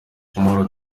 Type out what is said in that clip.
uwamahoro